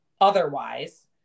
Otherwise